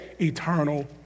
eternal